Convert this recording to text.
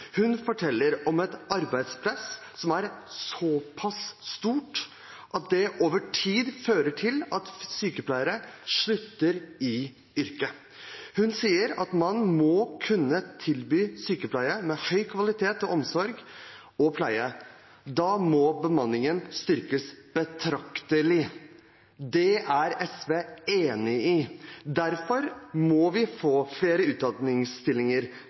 Hun forteller om et arbeidspress som er såpass stort at det over tid fører til at sykepleiere slutter i yrket. Hun sier at man må kunne tilby sykepleie med høy kvalitet, omsorg og pleie, og at da må bemanningen styrkes betraktelig. Det er SV enig i. Derfor må vi få flere utdanningsstillinger,